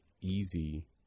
easy